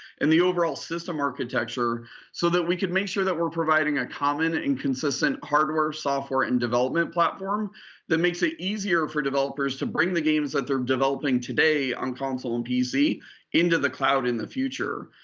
and the overall system architecture so that we could make sure that we're providing a common and consistent hardware, software, and development platform platform that makes it easier for developers to bring the games that they're developing today on console and pc into the cloud in the future.